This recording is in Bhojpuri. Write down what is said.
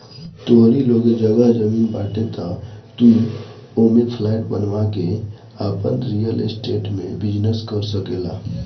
तोहरी लगे जगह जमीन बाटे तअ तू ओपे फ्लैट बनवा के आपन रियल स्टेट में बिजनेस कर सकेला